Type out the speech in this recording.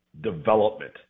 Development